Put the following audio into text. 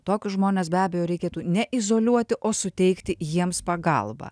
tokius žmones be abejo reikėtų ne izoliuoti o suteikti jiems pagalbą